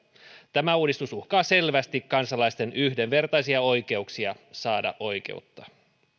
tämä uudistus uhkaa selvästi kansalaisten yhdenvertaisia oikeuksia saada oikeutta